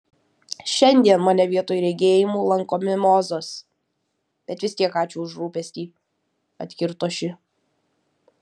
šiandien mane vietoj regėjimų lanko mimozos bet vis tiek ačiū už rūpestį atkirto ši